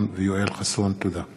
תודה.